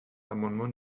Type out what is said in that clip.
l’amendement